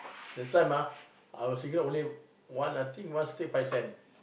that time ah our cigarette only one I think one stick five cent